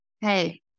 hey